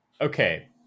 Okay